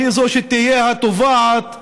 והיא שתהיה התובעת,